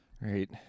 Right